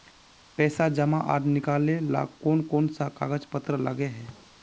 पैसा जमा आर निकाले ला कोन कोन सा कागज पत्र लगे है?